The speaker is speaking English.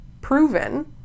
proven